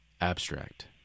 Abstract